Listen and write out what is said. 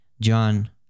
John